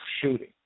shooting